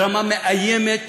ברמה מאיימת,